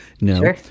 No